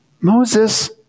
Moses